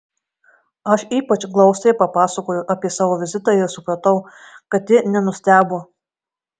aš ypač glaustai papasakojau apie savo vizitą ir supratau kad ji nenustebo